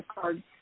card